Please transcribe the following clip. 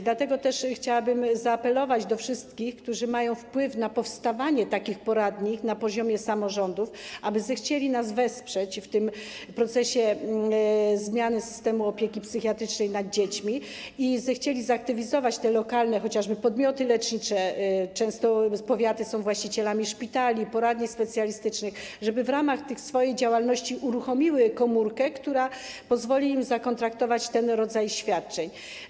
Dlatego też chciałabym zaapelować do wszystkich, którzy mają wpływ na powstawanie takich poradni na poziomie samorządów, aby zechcieli nas wesprzeć w tym procesie zmiany systemu opieki psychiatrycznej nad dziećmi i zechcieli zaktywizować chociażby lokalne podmioty lecznicze - często powiaty są właścicielami szpitali i poradni specjalistycznych - żeby w ramach swojej działalności uruchomiły komórkę, która pozwoli im zakontraktować ten rodzaj świadczeń.